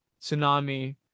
tsunami